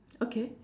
okay